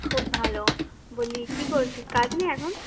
খুব ভালো বলি কী করছিস কাজ নেই এখন